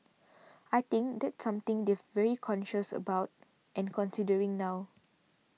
I think that's something they've very conscious about and considering now